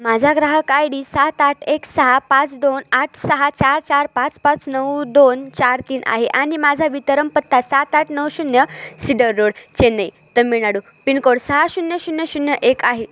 माझा ग्राहक I D सात आठ एक सहा पाच दोन आठ सहा चार चार पाच पाच नऊ दोन चार तीन आहे आणि माझा वितरण पत्ता सात आठ नऊ शून्य cedar road Chennai Tamil Nadu pincode सहा शून्य शून्य शून्य एक आहे